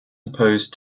imposed